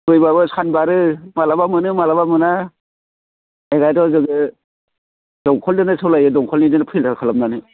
फैबाबो सान बारो मालाबा मोनो मालाबा मोना दाथ' जोङो दंखलजोंनो सालायो दंखलजोंनो फिल्टार खालामनानै